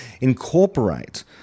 incorporate